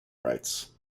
rites